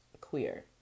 queer